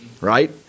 Right